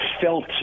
felt